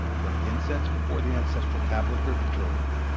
burned incense before the ancestral tablet of her betrothed,